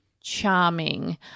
charming